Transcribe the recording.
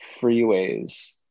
freeways